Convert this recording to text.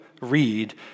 read